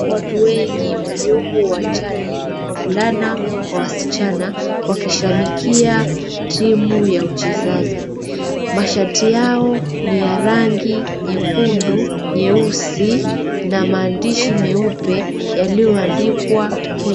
Watu wengi waliokuwa uwanjani wavulana kwa wasichana, wakishabikia timu ya uchezaji. Mashati yao ni ya rangi nyekundu, nyeusi na maandishi meupe yaliyoandikwa Kenya.